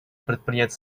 предпринять